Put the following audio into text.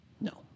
No